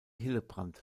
hillebrand